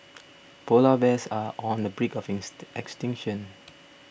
Polar Bears are on the brink of is extinction